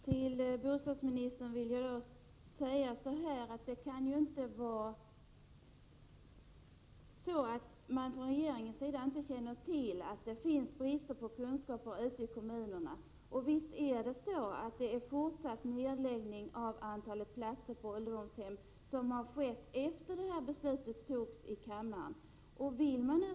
Herr talman! Jag vill säga till bostadsministern: Det kan ju inte vara så att man från regeringens sida inte känner till att det finns brist på kunskap ute i kommunerna. Och visst sker det en fortsatt nedläggning av platser på ålderdomshem, och det har skett efter det beslut som fattades här i kammaren.